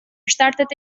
startete